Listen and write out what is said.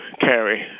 carry